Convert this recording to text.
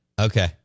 Okay